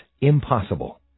impossible